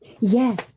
Yes